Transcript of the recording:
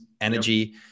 energy